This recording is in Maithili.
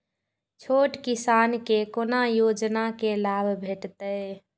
छोट किसान के कोना योजना के लाभ भेटते?